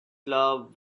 love